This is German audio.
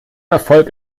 erfolg